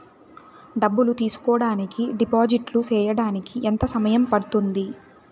డబ్బులు తీసుకోడానికి డిపాజిట్లు సేయడానికి ఎంత సమయం పడ్తుంది